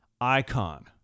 icon